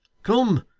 come.